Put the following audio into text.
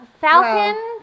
Falcon